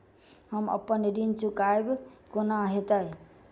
हम अप्पन ऋण चुकाइब कोना हैतय?